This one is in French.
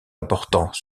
importants